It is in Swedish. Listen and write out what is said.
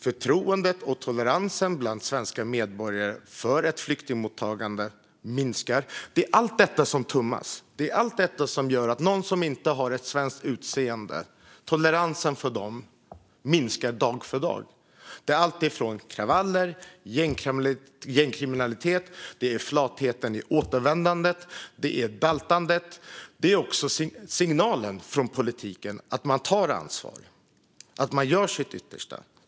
Förtroendet och toleransen bland svenska medborgare för ett flyktingmottagande minskar. Allt detta tummas det på. Allt detta gör att toleransen för dem som inte har ett svenskt utseende minskar dag för dag. Det är alltifrån kravaller och gängkriminalitet till flathet gällande återvändande och daltande. Det handlar också om signalen från politiken om att man tar ansvar och gör sitt yttersta.